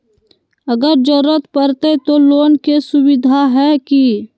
अगर जरूरत परते तो लोन के सुविधा है की?